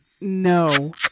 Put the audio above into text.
No